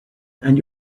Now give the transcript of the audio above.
and